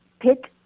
pick